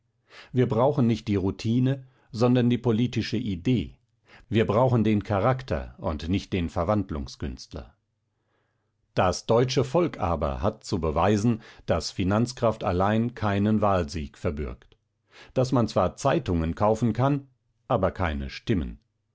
wir brauchen nicht die routine sondern die politische idee wir brauchen den charakter und nicht den verwandlungskünstler das deutsche volk aber hat zu beweisen daß finanzkraft allein keinen wahlsieg verbürgt daß man zwar zeitungen kaufen kann aber keine stimmen